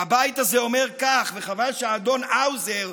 והבית הזה אומר כך, וחבל שאדון האוזר,